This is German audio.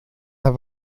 der